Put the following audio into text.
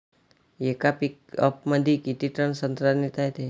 येका पिकअपमंदी किती टन संत्रा नेता येते?